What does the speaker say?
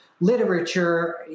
literature